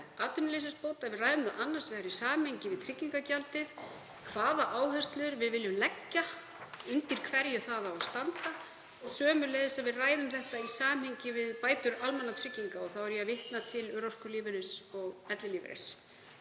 atvinnuleysisbóta, að við ræðum það í samhengi við tryggingagjaldið, hvaða áherslur við viljum leggja, undir hverju það á að standa, og sömuleiðis að við ræðum það í samhengi við bætur almannatrygginga. Þá er ég að vitna til örorkulífeyris og ellilífeyris.